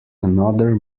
another